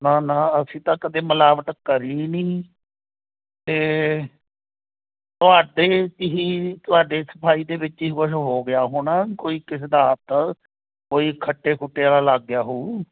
ਨਾ ਨਾ ਅਸੀਂ ਤਾਂ ਕਦੇ ਮਿਲਾਵਟ ਕਰੀ ਨਹੀਂ ਅਤੇ ਤੁਹਾਡੇ 'ਚ ਹੀ ਤੁਹਾਡੇ ਸਫਾਈ ਦੇ ਵਿੱਚ ਹੀ ਕੁਝ ਹੋ ਗਿਆ ਹੋਣਾ ਕੋਈ ਕਿਸੇ ਦਾ ਹੱਥ ਕੋਈ ਖੱਟੇ ਖੁੱਟੇ ਵਾਲਾ ਲੱਗ ਗਿਆ ਹੋਊ